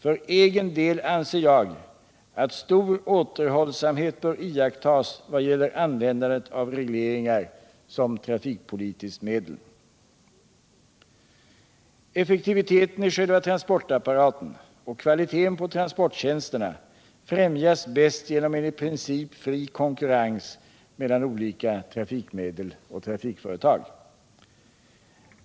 För egen del anser jag att stor återhållsamhet bör iakttas vad gäller användandet av regleringar som trafikpolitiskt medel. Effektiviteten i själva transportapparaten och kvaliteten på transporttjänsterna främjas bäst genom en i princip fri konkurrens mellan olika trafikmedel och trafikföretag.